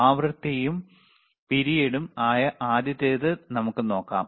ആവൃത്തിയും പിരിയടും ആയ ആദ്യത്തേത് നമുക്ക് നോക്കാം